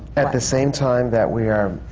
at the same time that we are